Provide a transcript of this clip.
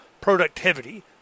productivity